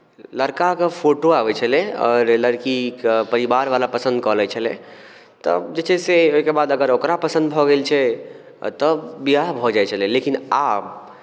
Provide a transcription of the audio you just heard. लड़काके फोटो आबैत छलै आओर लड़कीके परिवारवला पसन्द कऽ लैत छलै तऽ जे छै से ओहिके बाद अगर ओकरा पसन्द भऽ गेल छै तब विवाह भऽ जाइत छलै लेकिन आब